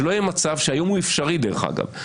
שלא יהיה מצב שהיום הוא אפשרי דרך אגב,